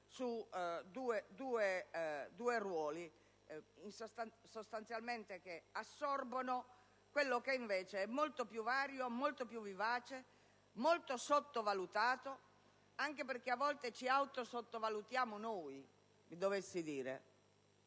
su due ruoli che assorbono quello che invece è molto più vario, molto più vivace e molto sottovalutato, anche perché a volte ci autosottovalutiamo. A volte siamo